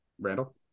Randall